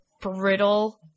brittle